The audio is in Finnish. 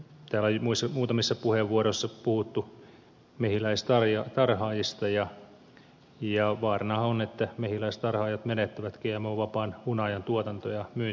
täällä on muutamissa puheenvuoroissa puhuttu mehiläistarhaajista ja vaaranahan on että mehiläistarhaajat menettävät gmo vapaan hunajan tuotanto ja myyntimahdollisuuden